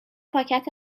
پاکت